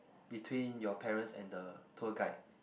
between your parents and the tour guide